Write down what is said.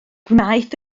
gwnaeth